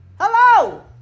Hello